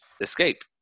Escape